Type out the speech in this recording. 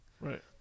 Right